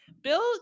Bill